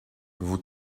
vous